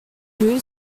new